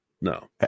No